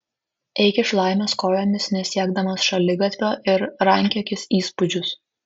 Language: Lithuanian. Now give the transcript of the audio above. eik iš laimės kojomis nesiekdamas šaligatvio ir rankiokis įspūdžius